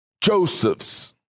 Joseph's